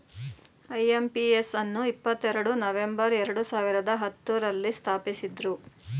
IMPS ಅನ್ನು ಇಪ್ಪತ್ತೆರಡು November ಎರಡು ಸಾವಿರದ ಹತ್ತುರಲ್ಲಿ ಸ್ಥಾಪಿಸಿದ್ದ್ರು